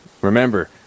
Remember